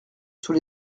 sous